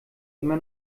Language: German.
immer